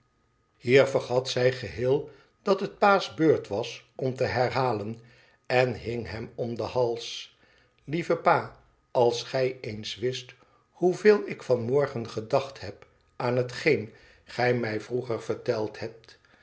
vergat zij geheel dat het pa's beurt was om te herhalen en hmg hem om den hals t lieve pa als gij eens wist hoeveel ik van morgen gedacht heb aan hetgeen gij mij vroeger verteld hebt